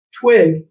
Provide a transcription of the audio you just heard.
twig